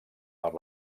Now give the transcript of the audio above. per